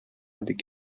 бик